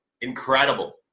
Incredible